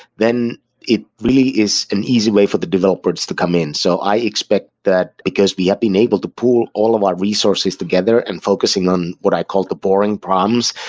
then it really is an easy way for the developers to come in. so i expect that, because we have been able to pull all of our resources together and focusing on what i call the boring problems.